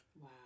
Wow